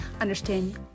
understand